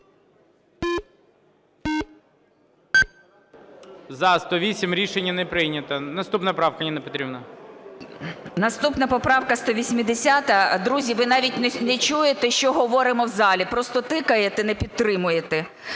За-108 Рішення не прийнято. Наступна правка, Ніна Петрівна. 11:14:29 ЮЖАНІНА Н.П. Наступна поправка 180. Друзі, ви навіть не чуєте що говоримо в залі, просто тикаєте, не підтримуєте.